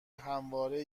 همواره